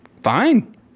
fine